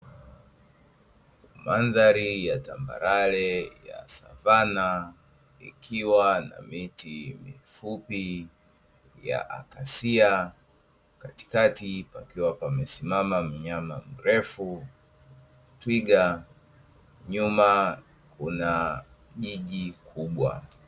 Mandhari ya tambarare ya savanna ikiwa na miti mifupi ya akasia katikati, akiwapa amesimama mnyama mrefu twiga nyuma kuna jiji kubwa.